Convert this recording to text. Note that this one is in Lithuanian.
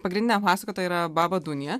pagrindinė pasakotoja yra baba dunija